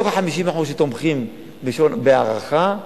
בתוך ה-50% שתומכים בהארכה,